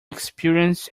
experience